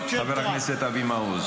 חבר הכנסת אבי מעוז.